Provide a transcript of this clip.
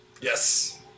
Yes